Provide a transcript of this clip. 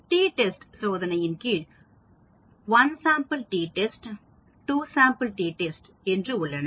T test சோதனையின் கீழ் ஒரு மாதிரி டி டெஸ்ட் இரண்டு மாதிரி டி டெஸ்ட் உள்ளன